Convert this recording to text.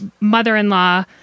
mother-in-law